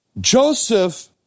Joseph